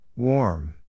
Warm